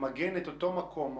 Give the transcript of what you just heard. למגן את אותו מקום?